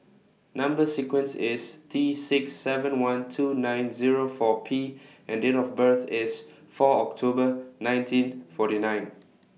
Number sequence IS T six seven one two nine Zero four P and Date of birth IS four October nineteen forty nine